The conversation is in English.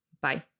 Bye